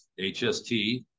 HST